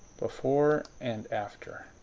before, and after.